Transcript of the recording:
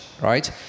right